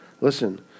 Listen